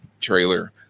trailer